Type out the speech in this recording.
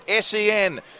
SEN